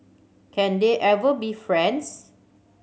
can they ever be friends